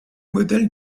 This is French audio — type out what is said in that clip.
modèle